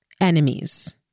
enemies